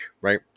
right